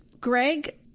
Greg